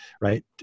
right